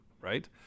Right